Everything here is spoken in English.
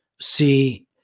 see